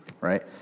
right